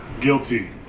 guilty